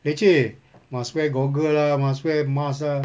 leceh must wear goggle lah must wear mask ah